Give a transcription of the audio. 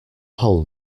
whole